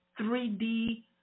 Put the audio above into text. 3D